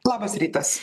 labas rytas